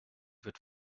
wird